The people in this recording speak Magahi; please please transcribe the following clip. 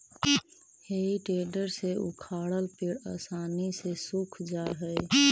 हेइ टेडर से उखाड़ल पेड़ आसानी से सूख जा हई